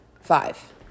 five